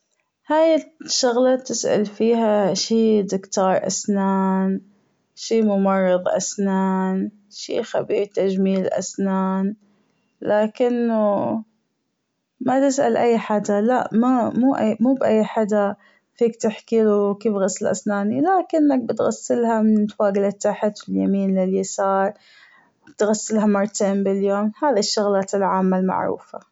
هاي الشغلة تسأل فيها شي دكتور أسنان شي ممرظ أسنان شي خبيرة تجميل أسنان لكنه ما تسأل أي حدا لأ ما موب أي حدا فيك تحكيله كيف غسل أسناني لكنك بتغسلها من فوق لتحت من اليمين لليسار بتغسلها مرتين باليوم هذي الشغلات العامة المعروفة.